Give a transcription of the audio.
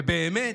ובאמת,